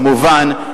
כמובן,